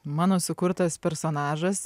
mano sukurtas personažas